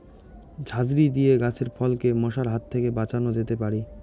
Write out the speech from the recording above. ঝাঁঝরি দিয়ে গাছের ফলকে মশার হাত থেকে বাঁচানো যেতে পারে?